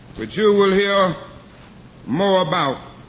which you will hear more about.